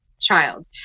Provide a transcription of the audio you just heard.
child